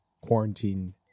Quarantine